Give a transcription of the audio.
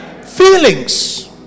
Feelings